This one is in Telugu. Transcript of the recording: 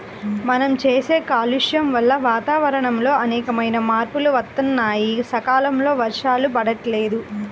మనం చేసే కాలుష్యం వల్ల వాతావరణంలో అనేకమైన మార్పులు వత్తన్నాయి, సకాలంలో వర్షాలు పడతల్లేదు